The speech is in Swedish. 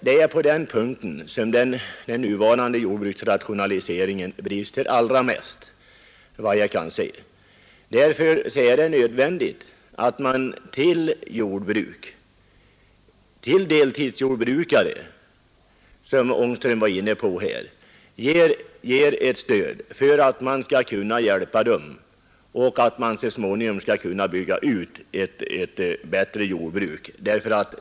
Det är på den punkten som den nuvarande jordbruksrationaliseringen brister allra mest, sävitt jag kan se. Därför är det nödvändigt att man till deltidsjordbrukare, som herr Angström var inne på, ger ett stöd för att hjälpa dem att så småningom bygga ut ett bättre jordbruk.